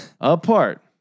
apart